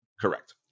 Correct